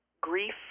grief